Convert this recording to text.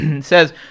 says